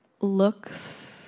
looks